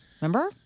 Remember